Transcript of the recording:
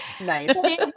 Nice